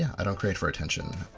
i don't create for attention.